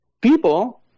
people